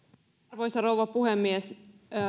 arvoisa rouva puhemies